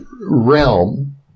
realm